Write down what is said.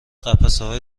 قفسهها